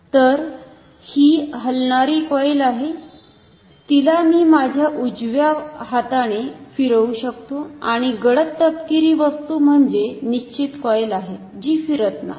तर ही हलणारी कॉईल आहे तिला मी माझ्या उजव्या हाताने फिरवु शकतो आणि गडद तपकिरी वस्तु म्हणजे निश्चित कॉईल आहे जी फिरत नाही